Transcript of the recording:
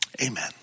Amen